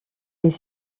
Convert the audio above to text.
est